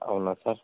అవునా సార్